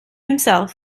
himself